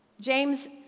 James